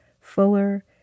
fuller